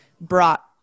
brought